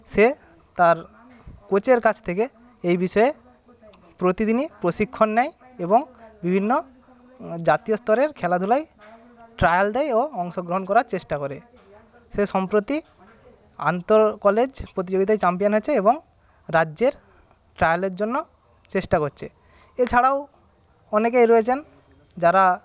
সে তার কোচের কাছ থেকে এই বিষয়ে প্রতিদিনই প্রশিক্ষণ নেয় এবং বিভিন্ন জাতীয় স্তরের খেলাধুলায় ট্রায়াল দেয় ও অংশগ্রহণ করার চেষ্টা করে সে সম্প্রতি আন্তর কলেজ প্রতিযোগিতায় চ্যাম্পিয়ন হয়েছে এবং রাজ্যের ট্রায়ালের জন্য চেষ্টা করছে এছাড়াও অনেকে রয়েছেন যারা